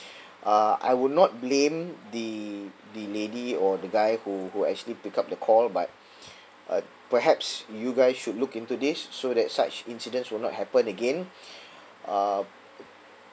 uh I would not blame the the lady or the guy who who actually pick up the call but uh perhaps you guys should look into this so that such incidents will not happen again uh